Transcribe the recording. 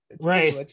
Right